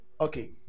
Okay